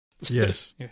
Yes